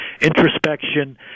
introspection